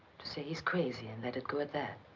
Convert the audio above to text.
to say he's crazy and let it go at that.